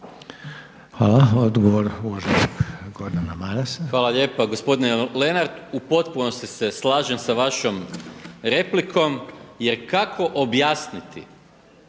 Hvala. Odgovor uvaženog Gordana Marasa.